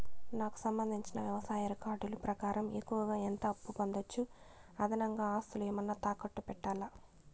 నాకు సంబంధించిన వ్యవసాయ రికార్డులు ప్రకారం ఎక్కువగా ఎంత అప్పు పొందొచ్చు, అదనంగా ఆస్తులు ఏమన్నా తాకట్టు పెట్టాలా?